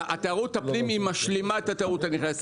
תיירות הפנים היא משלימה את התיירות הנכנסת.